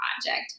project